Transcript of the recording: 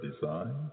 design